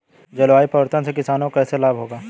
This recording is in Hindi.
जलवायु परिवर्तन से किसानों को कैसे लाभ होगा?